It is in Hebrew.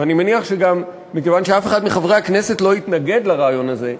ואני מניח שגם מכיוון שאף אחד מחברי הכנסת לא יתנגד לרעיון הזה,